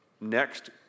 Next